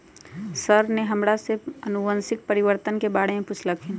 sir ने हमरा से अनुवंशिक परिवर्तन के बारे में पूछल खिन